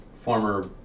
former